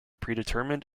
predetermined